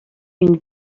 une